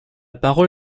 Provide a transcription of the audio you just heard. parole